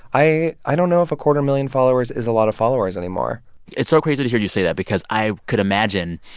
i i don't know if a quarter million followers is a lot of followers anymore it's so crazy to hear you say that because i could imagine,